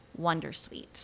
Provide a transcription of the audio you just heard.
wondersuite